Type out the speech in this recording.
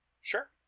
Sure